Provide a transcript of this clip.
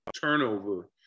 turnover